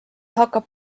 hakkab